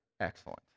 excellent